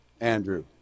Andrew